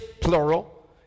plural